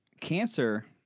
Cancer